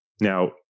Now